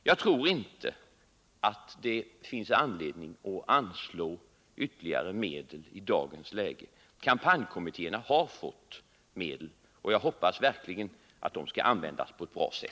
Det finns enligt min mening för dagen ingen anledning att anslå ytterligare medel. De anslag som kampanjkommittéerna har fått tror jag kommer att användas väl.